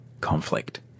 conflict